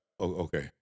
Okay